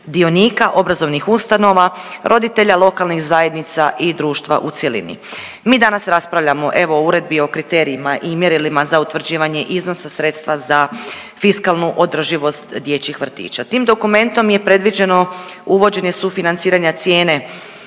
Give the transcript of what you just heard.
dionika obrazovnih ustanova, roditelja, lokalnih zajednica i društva u cjelini. Mi danas raspravljamo, evo, o Uredbi o kriterijima i mjerilima za utvrđivanje iznosa sredstva za fiskalnu održivost dječjih vrtića. Tim dokumentom je predviđeno uvođenje sufinanciranja cijene